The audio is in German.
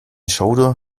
schauder